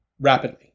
rapidly